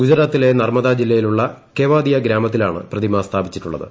ഗുജറാത്തിലെ നർമ്മദാ ജില്ലയിലുള്ള കെവാദിയ ഗ്രാമത്തിലാണ് പ്രതിമ സ്ഥാപിച്ചിട്ടുള്ളത്